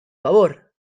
favor